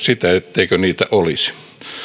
sitä etteikö niitä olisi